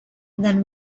than